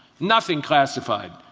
nothing classified.